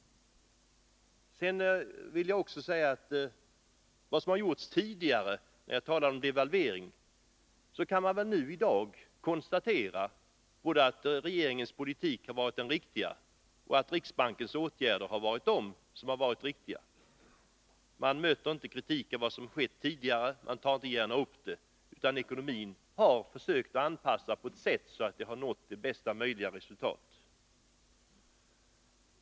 Jag vill också säga: Beträffande devalveringen kan man väl i dag konstatera både att regeringens politik har varit den riktiga och att riksbankens åtgärder har varit riktiga. Man möter inte någon kritik för vad som har skett tidigare — det tas inte gärna upp. Man har försökt att anpassa ekonomin för att uppnå bästa möjliga resultat.